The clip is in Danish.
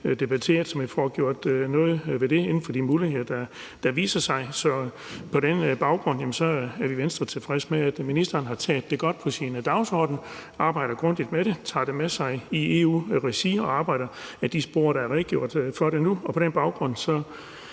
så vi får gjort noget ved det inden for de muligheder, der viser sig. Så på den baggrund er vi i Venstre tilfredse med, at ministeren har taget det med på sin dagsorden, at man arbejder grundigt med det, at man tager det med sig i EU-regi, og at man arbejder ad de spor, der nu er redegjort for, og